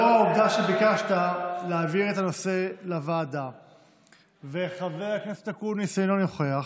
לאור העובדה שביקשת להעביר את הנושא לוועדה וחבר הכנסת אינו נוכח,